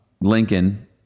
Lincoln